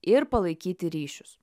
ir palaikyti ryšius